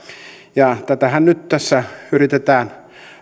tätähän nyt tässä yritetään